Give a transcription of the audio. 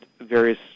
various